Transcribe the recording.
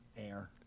air